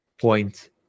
point